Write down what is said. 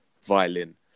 violin